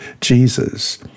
Jesus